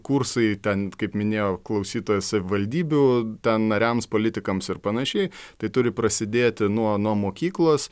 kursai ten kaip minėjo klausytojas savivaldybių ten nariams politikams ir panašiai tai turi prasidėti nuo nuo mokyklos